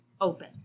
open